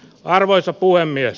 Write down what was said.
arvoisa puhemies